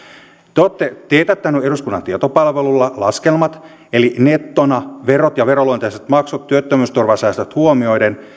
te olette teettäneet eduskunnan tietopalvelulla laskelmat eli nettona verot ja veroluonteiset maksut sekä työttömyysturvan säästöt